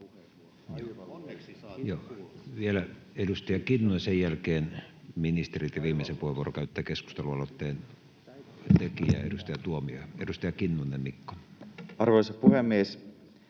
Vielä edustaja Kinnunen, sen jälkeen ministerit, ja viimeisen puheenvuoron käyttää keskustelualoitteen tekijä, edustaja Tuomioja. — Edustaja Kinnunen, Mikko. [Speech